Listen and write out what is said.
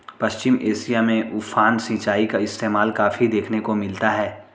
पश्चिम एशिया में उफान सिंचाई का इस्तेमाल काफी देखने को मिलता है